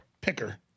Picker